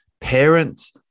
parents